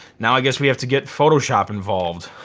now i guess we have to get photoshop involved.